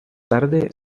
tarde